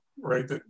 right